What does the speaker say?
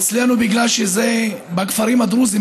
אצלנו בכפרים הדרוזיים,